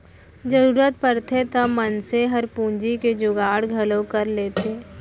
जरूरत परथे त मनसे हर पूंजी के जुगाड़ घलौ कर लेथे